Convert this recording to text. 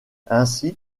ainsi